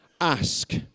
Ask